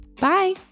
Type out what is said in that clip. Bye